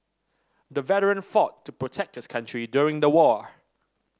the veteran fought to protect his country during the war